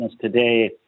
today